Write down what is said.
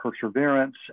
perseverance